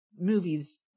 movies